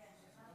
כנסת נכבדה,